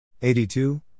82